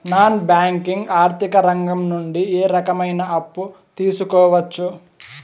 Non banking ఆర్థిక రంగం నుండి ఏ రకమైన అప్పు తీసుకోవచ్చు?